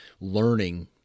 learning